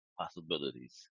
possibilities